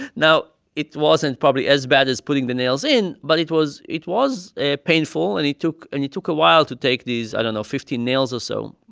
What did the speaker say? now, it wasn't probably as bad as putting the nails in. but it was it was painful. and it took and it took awhile to take these i don't know fifteen nails or so.